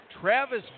Travis